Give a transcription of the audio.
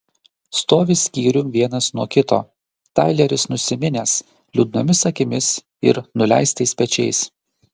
stovi skyrium vienas nuo kito taileris nusiminęs liūdnomis akimis ir nuleistais pečiais